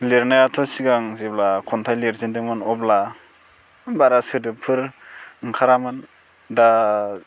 लिरनायाथ' सिगां जेब्ला खन्थाइ लिरजेनदोंमोन अब्ला बारा सोदोबफोर ओंखारामोन दा